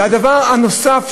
והדבר הנוסף,